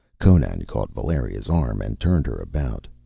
conan caught valeria's arm and turned her about.